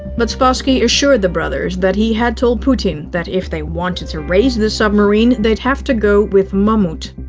but spassky assured the brothers that he had told putin that if they wanted to raise the submarine, they'd have to go with mammoet.